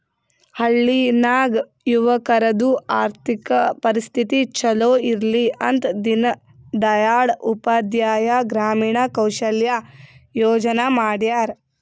ಹಳ್ಳಿ ನಾಗ್ ಯುವಕರದು ಆರ್ಥಿಕ ಪರಿಸ್ಥಿತಿ ಛಲೋ ಇರ್ಲಿ ಅಂತ ದೀನ್ ದಯಾಳ್ ಉಪಾಧ್ಯಾಯ ಗ್ರಾಮೀಣ ಕೌಶಲ್ಯ ಯೋಜನಾ ಮಾಡ್ಯಾರ್